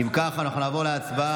אם כך, אנחנו נעבור להצבעה.